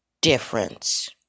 difference